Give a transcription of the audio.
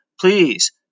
please